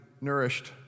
nourished